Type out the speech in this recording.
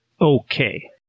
Okay